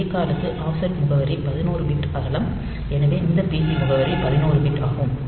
acall க்கு offset முகவரி 11 bit அகலம் எனவே இந்த பிசி முகவரி 11 பிட் ஆகும்